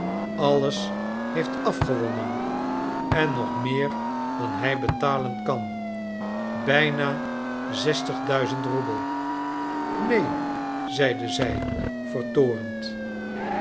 alles heeft afgewonnen en nog meer dan hij betalen kan bijna zestigduizend roebel neen zeide zij vertoornd